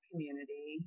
Community